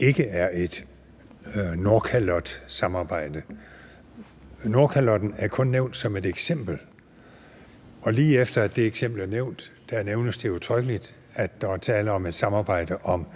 ikke er et Nordkalotsamarbejde. Nordkalotten er blot nævnt som et eksempel, og lige efter at det eksempel er blevet nævnt, nævnes det udtrykkeligt, at der er tale om et samarbejde om